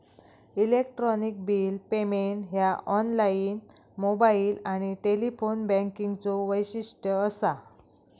electronic bill payment ह्या online, mobile आणि telephone बँकिंगचो वैशिष्ट्य असा